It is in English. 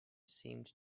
seemed